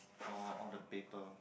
oh all the paper